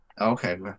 okay